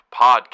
Podcast